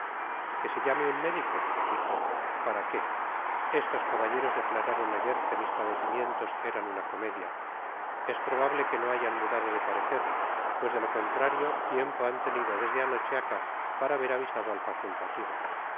que se llame un médico dijo para qué estos caballeros declararon ayer que mis padecimientos eran una comedia es probable que no hayan mudado de parecer pues de lo contrario tiempo han tenido desde anoche acá para haber avisado al facultativo